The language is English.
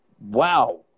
wow